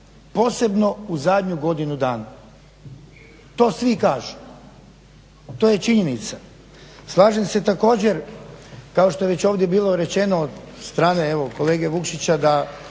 posebno u zadnju godinu dana, to svi kažu, to je činjenica. Slažem se također kao što je već ovdje bilo rečeno od strane kolege Vukšića da